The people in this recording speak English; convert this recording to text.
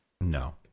No